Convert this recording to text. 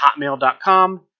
hotmail.com